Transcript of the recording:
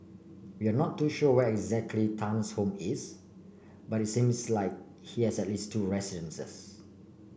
we are not too sure where exactly Tan's home is but seems like he has at least two residences